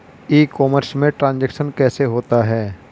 ई commerce में transaction कैसे होता है?